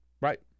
Right